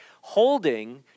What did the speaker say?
Holding